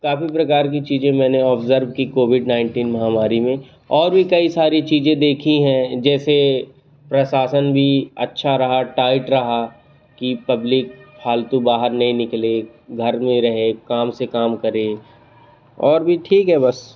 काफ़ी प्रकार की चीज़ें मैंने ऑब्ज़र्व की कोविड नाइनटीन महामारी में और भी कई सारी चीज़ें देखी हैं जैसे प्रशासन भी अच्छा रहा टाइट रहा कि पब्लिक फ़ालतू बाहर नहीं निकले घर में रहे काम से कम करे और भी ठीक है बस